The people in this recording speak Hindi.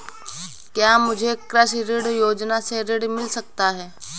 क्या मुझे कृषि ऋण योजना से ऋण मिल सकता है?